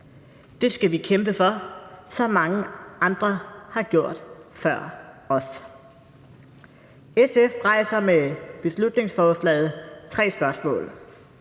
Det skal vi kæmpe for, som mange andre har gjort før os. SF rejser med beslutningsforslaget tre spørgsmål.